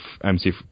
MC